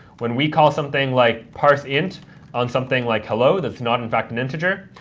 when we call something like parseint on something like hello that's not in fact an integer,